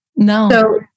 No